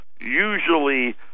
usually